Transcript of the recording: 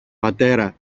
πατέρα